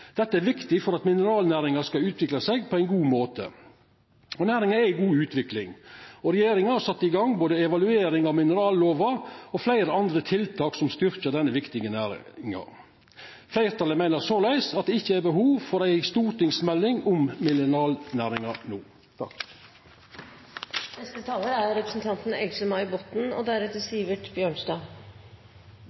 er viktig for at mineralnæringa skal utvikla seg på ein god måte. Næringa er i god utvikling. Regjeringa har sett i gang både evaluering av minerallova og fleire andre tiltak som styrkjer denne viktige næringa. Fleirtalet meiner såleis at det ikkje er behov for ei stortingsmelding om mineralnæringa no. Mineralnæringen er en viktig næring for Norge, med 5 000 årsverk og